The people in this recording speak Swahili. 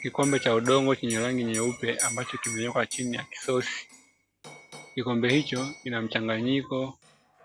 Kikombe cha udongo chenye rangi nyeupe ambacho kimewekwa chini ya kisosi, kikombe hicho kina mchanganyiko